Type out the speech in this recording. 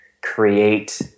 create